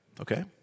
Okay